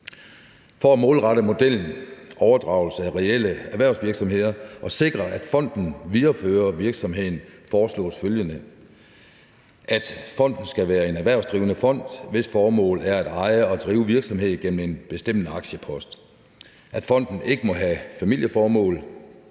at modellen målrettes overdragelse af reelle erhvervsvirksomheder, og at fonden viderefører virksomheden, foreslås det, at fonden skal være en erhvervsdrivende fond, hvis formål er at eje og drive virksomhed gennem en bestemmende aktiepost; at fonden ikke må have familieformål;